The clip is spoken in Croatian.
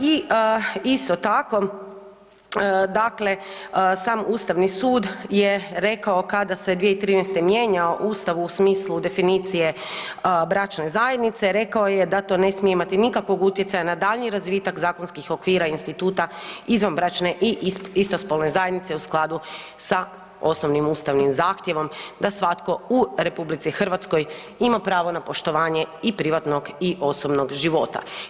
I isto tako, dakle sam Ustavni sud je rekao kada se 2013. mijenjao Ustav u smislu definicije bračne zajednice, rekao je da to ne smije imati nikakvog utjecaja na daljnji razvitak zakonskih okvira instituta izvanbračne i istospolne zajednice u skladu sa osnovnim ustavnim zahtjevom da svatko u RH ima pravo na poštovanje i privatnog i osobnog života.